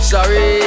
Sorry